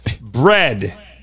Bread